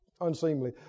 unseemly